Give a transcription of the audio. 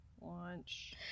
Launch